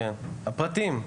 הפרטיים?